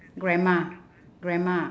grandma grandma